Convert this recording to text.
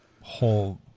whole